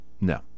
No